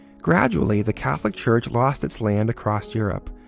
gradually, the catholic church lost it's land across europe,